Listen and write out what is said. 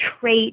trait